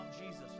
Jesus